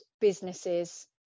businesses